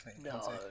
no